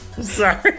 Sorry